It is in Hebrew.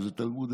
איזה תלמוד,